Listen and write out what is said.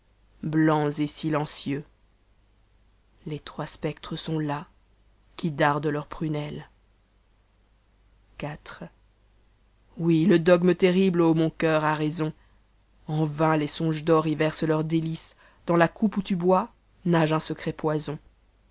mânes et tene enx les trois spectres sont t t qui dardent ienrs pfmnemes iv ou le dogme terrible a mon coeur a raison en vain les songes d'or y versent leurs déhce dans la coupe où tu bots nage un secret poison